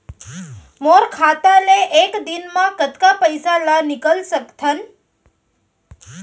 मोर खाता ले एक दिन म कतका पइसा ल निकल सकथन?